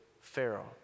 Pharaoh